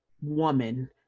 woman